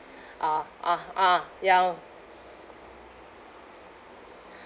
ah ah ah ya